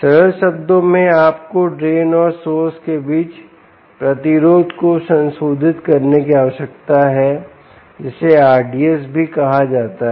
सरल शब्दों में आपको ड्रेन और सोर्स के बीच प्रतिरोध को संशोधित करने की आवश्यकता है जिसेRDS भी कहा जाता है